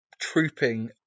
trooping